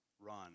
run